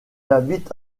habite